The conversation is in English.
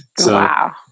Wow